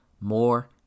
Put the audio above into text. more